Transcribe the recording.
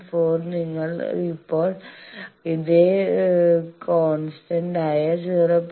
4 നിങ്ങൾ ഇപ്പോൾ ഇതേ കോൺസ്റ്റന്റ് ആയ 0